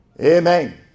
Amen